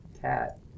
cat